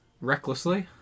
recklessly